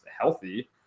healthy